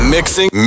Mixing